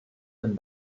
them